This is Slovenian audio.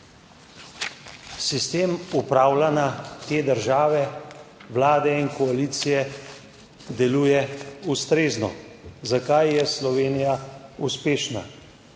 sistem upravljanja te države, Vlade in koalicije deluje ustrezno? Zakaj je Slovenija uspešna?